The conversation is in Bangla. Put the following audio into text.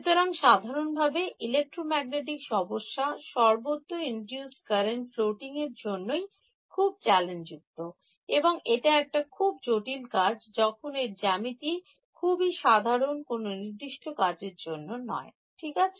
সুতরাং সাধারণভাবে ইলেক্ট্রোম্যাগনেটিক সমস্যা সর্বত্র প্রবাহিত কারেন্ট ফ্লোটিং এর জন্য খুবই চ্যালেঞ্জ যুক্ত এবং এটা একটা খুব জটিল কাজ যখন এর জ্যামিতি খুবই সাধারণ কোনো নির্দিষ্ট কাজের জন্য নয় ঠিক আছে